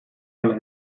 hala